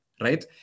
right